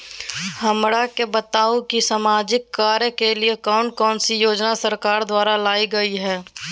हमरा के बताओ कि सामाजिक कार्य के लिए कौन कौन सी योजना सरकार द्वारा लाई गई है?